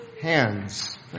hands